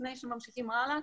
לפני שממשיכים הלאה,